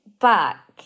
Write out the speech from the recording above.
back